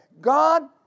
God